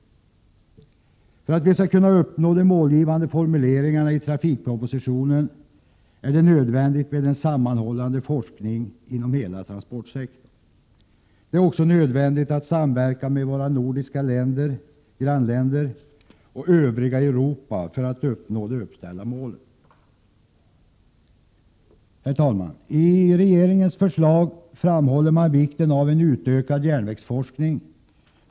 För att de målgivande formuleringarna i trafikpropositionen skall kunna uppnås är det nödvändigt med en sammanhållande forskning inom hela transportsektorn. Det är också nödvändigt att vi i Sverige samverkar med våra nordiska grannländer och övriga Europa för att uppnå de uppställda målen. Herr talman! I regeringens förslag framhålls vikten av en utökad järnvägsforskning.